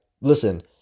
listen